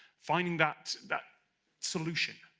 finding that that solution